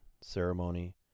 ceremony